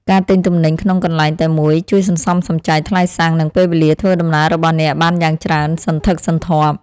ការទិញទំនិញក្នុងកន្លែងតែមួយជួយសន្សំសំចៃថ្លៃសាំងនិងពេលវេលាធ្វើដំណើររបស់អ្នកបានយ៉ាងច្រើនសន្ធឹកសន្ធាប់។